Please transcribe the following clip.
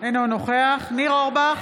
אינו נוכח ניר אורבך,